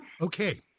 Okay